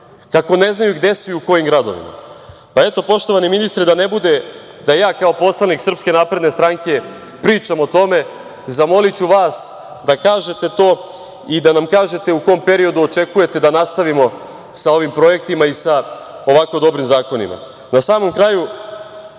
kako ne znaju gde su i u kojim gradovima. Pa, eto, poštovani ministre da ne bude da ja kao poslanik SNS pričam o tome, zamoliću vas da kažete to i da nam kažete u kom periodu očekujete da nastavimo sa ovim projektima i sa ovako dobrim zakonima? Na samom kraju,